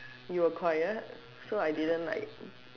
you are quiet so I didn't like